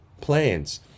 plans